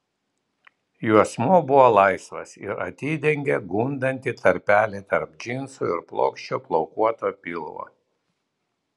juosmuo buvo laisvas ir atidengė gundantį tarpelį tarp džinsų ir plokščio plaukuoto pilvo